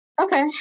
Okay